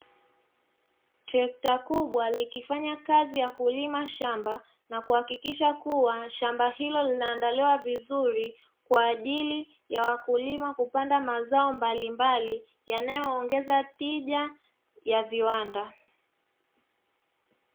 Trekta kubwa likifanya kazi ya kulima shamba, na kuhakikisha kuwa shamba hilo linaandaliwa vizuri, kwa ajili ya wakulima kupanda mazao mbalimbali, yanayoongeza tija ya viwanda.